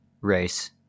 race